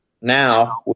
now